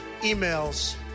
emails